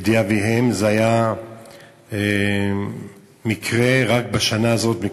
בידי אביהם, זה היה מקרה רביעי רק בשנה הזאת.